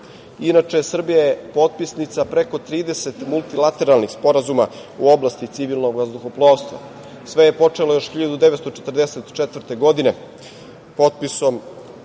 Srbija je potpisnica preko 30 multilateralnih sporazuma u oblasti civilnog vazduhoplovstva. Sve je počelo još 1944. godine potpisom